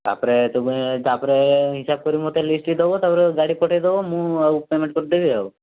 ତା'ପରେ ତୁମେ ତା'ପରେ ହିସାବ କରି ମତେ ଲିଷ୍ଟ ଦେବ ତାପରେ ଗାଡ଼ି ପଠେଇ ଦେବ ମୁଁ ଆଉ ପ୍ୟାମେଣ୍ଟ କରିଦେବି ଆଉ